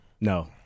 No